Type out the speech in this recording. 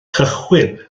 cychwyn